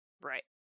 Right